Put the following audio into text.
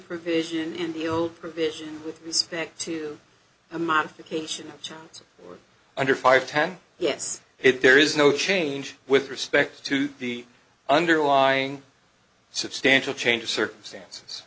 provision in the old provision with respect to a modification of terms or under five ten yes if there is no change with respect to the underlying substantial change of circumstances